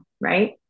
Right